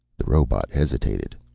the robot hesitated.